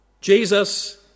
Jesus